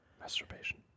Masturbation